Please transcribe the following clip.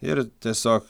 ir tiesiog